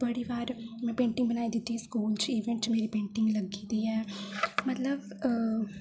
बड़ी बार में पेंटिंग बनाई दित्ती स्कूल च इवेंट च मेरी पेंटिंग लग्गी दी ऐ मतलब अ